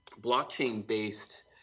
blockchain-based